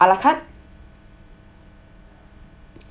a la carte